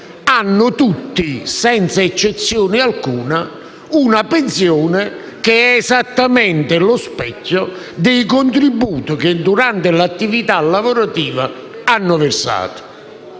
hanno tutti, senza eccezione alcuna, una pensione che è esattamente lo specchio del contributo che durante l'attività lavorativa hanno versato.